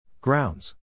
Grounds